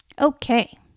Okay